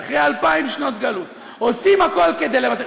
אחרי 2000 שנות גלות, עושים הכול כדי לוותר.